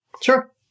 Sure